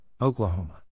Oklahoma